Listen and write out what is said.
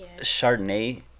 chardonnay